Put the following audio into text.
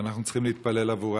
ואנחנו צריכים להתפלל עבורם.